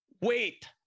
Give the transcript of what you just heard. wait